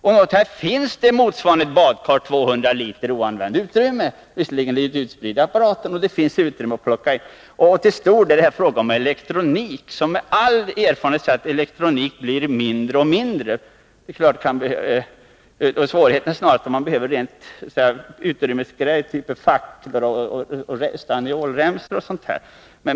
Det finns 200 liter — motsvarande ett badkar — oanvänt utrymme, visserligen litet utspritt i maskinen. Det är till stor del fråga om att få plats med elektronik, och all erfarenhet visar att elektronisk utrustning blir mindre och mindre. Svårigheterna gäller snarast utrymmeskrävande saker, infraröda facklor, metallremsor o. d.